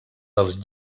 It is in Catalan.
dels